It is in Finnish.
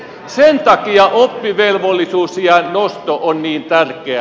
sen takia oppivelvollisuusiän nosto on niin tärkeä